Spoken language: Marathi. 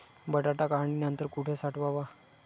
बटाटा काढणी नंतर कुठे साठवावा?